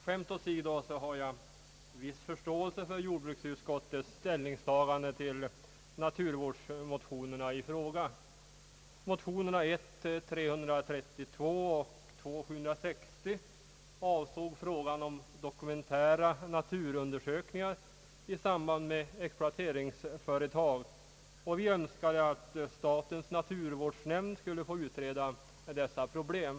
Skämt åsido så har jag viss förståelse för jordbruksutskottets ställningstagande till naturvårdsmotionerna i fråga. Motionerna I: 332 och II: 760 avsåg frågan om dokumentära naturundersökningar i samband med exploateringsföretag, och vi önskade att statens naturvårdsnämnd skulle få utreda dessa problem.